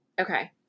Okay